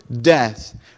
death